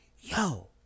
Yo